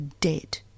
dead